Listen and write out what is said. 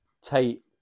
Tate